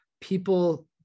people